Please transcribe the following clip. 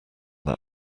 that